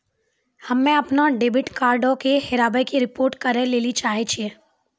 हम्मे अपनो डेबिट कार्डो के हेराबै के रिपोर्ट करै लेली चाहै छियै